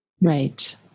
Right